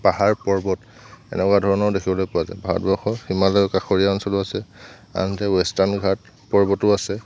পাহাৰ পৰ্বত এনেকুৱা ধৰণৰ দেখিবলৈ পোৱা যায় ভাৰতবৰ্ষৰ হিমালয় কাষৰীয়া অঞ্চলো আছে আনহাতে ৱেষ্টাৰ্ণ ঘাট পৰ্বতো আছে